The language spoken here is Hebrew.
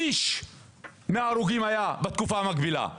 המספרים עמדו על שליש ממש שעכשיו בתקופה המקבילה,